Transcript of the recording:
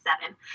seven